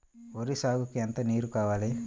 వరి సాగుకు ఎంత నీరు కావాలి?